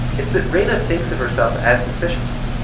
it's that reina thinks of herself as suspicious,